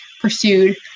pursued